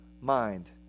mind